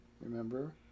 remember